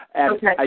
Okay